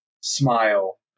smile